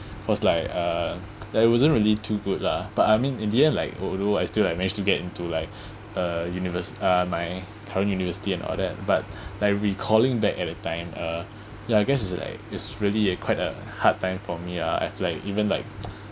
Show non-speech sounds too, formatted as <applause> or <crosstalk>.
because like uh that wasn't really too good lah but I mean in the end like although I still like managed to get into like <breath> uh univers~ uh my current university and all that but <breath> like recalling back at a time uh ya guess it's like it's really quite a hard time for me lah I have like even like <noise>